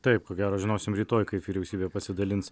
taip ko gero žinosim rytoj kaip vyriausybė pasidalins